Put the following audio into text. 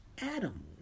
Adam